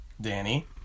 Danny